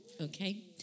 okay